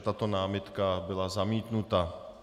Tato námitka byla zamítnuta.